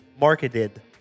marketed